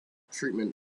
treatment